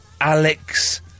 Alex